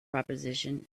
proposition